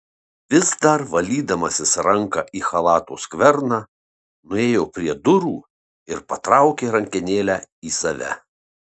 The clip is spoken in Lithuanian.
vis dar valydamasis ranką į chalato skverną nuėjo prie durų ir patraukė rankenėlę į save